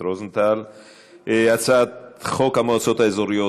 ההצעה להעביר את הצעת חוק המועצות האזוריות (מועד בחירות כלליות)